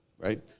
Right